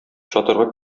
чатырга